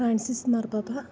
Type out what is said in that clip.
Francis മാർപാപ്പ